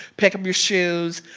pick up your shoes,